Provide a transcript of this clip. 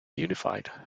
unified